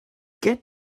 get